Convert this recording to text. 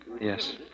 Yes